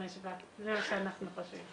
למה אתם לא משתמשים בזה אם יש צורך?